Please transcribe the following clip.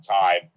time